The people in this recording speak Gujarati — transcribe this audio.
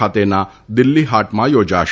ખાતેના દિલ્હી હાટમાં યોજાશે